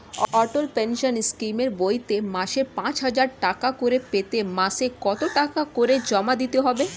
অটল pension স্কিমের বইতে মাসে পাঁচ হাজার টাকা করে পেতে মাসে কত টাকা করে জমা দিতে হবে?